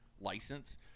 license